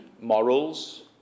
morals